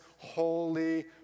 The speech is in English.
holy